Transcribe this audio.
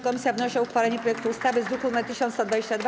Komisja wnosi o uchwalenie projektu ustawy z druku nr 1122.